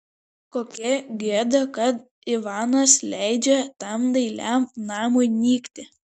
kokia gėda kad ivanas leidžia tam dailiam namui nykti